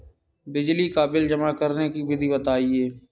बिजली का बिल जमा करने की विधि बताइए?